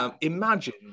Imagine